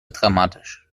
dramatisch